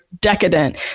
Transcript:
decadent